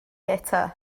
eto